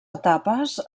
etapes